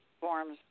forms